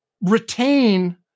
retain